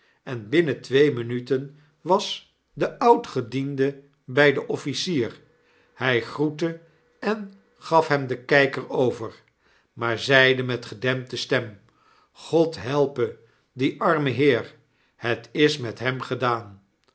en binnen twee minuten was de oud-gediende by zyn officier hij groette en gaf den kyker over maar zeide met gedempte stem god helpe dien armen heer net is met hem gedaan